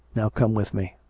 now come with me.